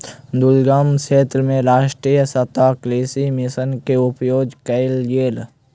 दुर्गम क्षेत्र मे राष्ट्रीय सतत कृषि मिशन के उपयोग कयल गेल